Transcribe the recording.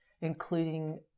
including